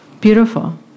beautiful